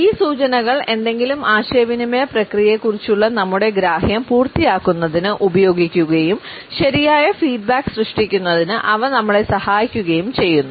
ഈ സൂചനകൾ ഏതെങ്കിലും ആശയവിനിമയ പ്രക്രിയയെക്കുറിച്ചുള്ള നമ്മുടെ ഗ്രാഹ്യം പൂർത്തിയാക്കുന്നതിന് ഉപയോഗിക്കുകയും ശരിയായ ഫീഡ്ബാക്ക് സൃഷ്ടിക്കുന്നതിന് അവ നമ്മളെ സഹായിക്കുകയും ചെയ്യുന്നു